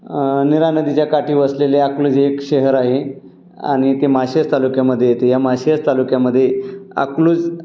नीरानदीच्या काठी बसलेले अकलूज एक शहर आहे आणि ते माळशेज तालुक्यामधे येते या माळशेज तालुक्यामधे अकलूज